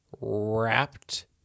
Wrapped